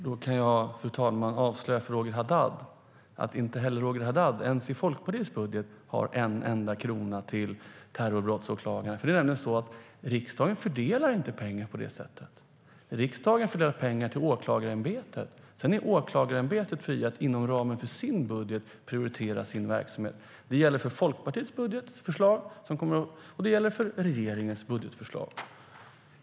Fru talman! Jag kan avslöja för Roger Haddad att inte heller Roger Haddad ens i Folkpartiets budget har en enda krona till terrorbrottsåklagare. Riksdagen fördelar inte pengar på det sättet. Riksdagen fördelar pengar till åklagarämbetet. Sedan är åklagarämbetet fritt att inom ramen för sin budget prioritera sin verksamhet. Det gäller för Folkpartiets budgetförslag, och det gäller för regeringens budgetförslag.